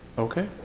okay,